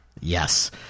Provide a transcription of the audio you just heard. Yes